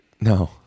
No